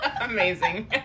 amazing